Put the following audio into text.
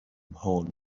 hole